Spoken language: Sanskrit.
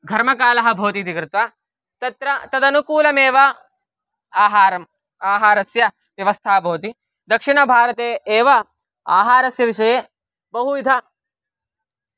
घर्मकालः भवति इति कृत्वा तत्र तदनुकूलमेव आहारः आहारस्य व्यवस्था भवति दक्षिणभारते एव आहारस्य विषये बहुविधाः